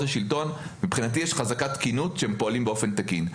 השלטון - מבחינתי יש חזקת תקינות שהם פועלים באופן תקין.